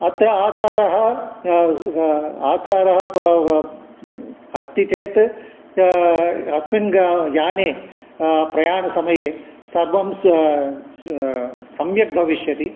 अत्र आचारः आचारः ब अस्ति चेत् अस्मिन् ग याने प्रयाणसमये सर्वं स्व स्व सम्यक् भविष्यति